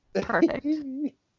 perfect